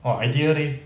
orh ideal leh